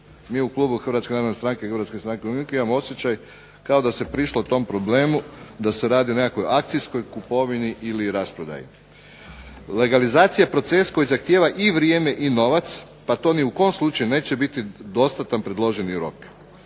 stranke umirovljenika imamo osjećaj kao da se prišlo tom problemu, da se radi o nekakvoj akcijskoj kupovini ili rasprodaji. Legalizacija je proces koji zahtijeva i vrijeme i novac, pa to ni u kom slučaju neće biti dostatan predloženi rok.